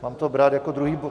Mám to brát jako druhý bod...